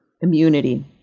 immunity